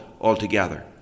altogether